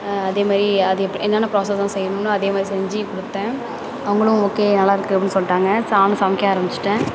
அதேமாதிரி அது எப்படி என்னென்ன ப்ராஸஸெலாம் செய்யணும்னு அதேமாதிரி செஞ்சு கொடுத்தேன் அவங்களும் ஓகே நல்லாயிருக்கு அப்படினு சொல்லிட்டாங்க சா நானும் சமைக்க ஆரம்பிச்சுட்டேன்